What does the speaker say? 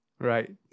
Right